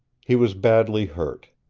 he was badly hurt.